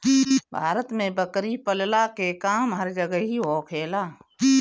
भारत में बकरी पलला के काम हर जगही होखेला